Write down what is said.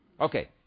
Okay